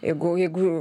jeigu jeigu